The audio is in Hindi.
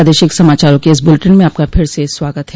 प्रादेशिक समाचारों के इस बुलेटिन में आपका फिर से स्वागत है